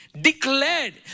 declared